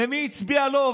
מי הצביע לו,